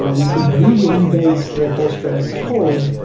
and we could really rebase the postgres code,